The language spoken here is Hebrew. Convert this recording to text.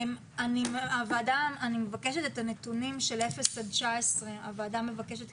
אני מבקשת את הנתונים לגבי גיל אפס עד 19. הוועדה מבקשת.